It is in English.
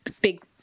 big